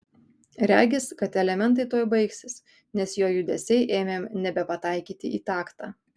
regis kad elementai tuoj baigsis nes jo judesiai ėmė nebepataikyti į taktą